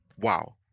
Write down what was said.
Wow